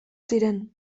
ziren